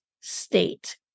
state